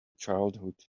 childhood